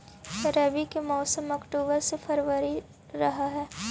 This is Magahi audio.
रब्बी के मौसम अक्टूबर से फ़रवरी रह हे